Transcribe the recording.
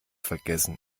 vergessen